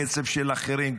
כסף של אחרים,